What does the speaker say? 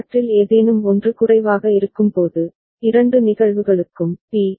அவற்றில் ஏதேனும் ஒன்று குறைவாக இருக்கும்போது இரண்டு நிகழ்வுகளுக்கும் பி